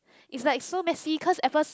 is like so messy cause at first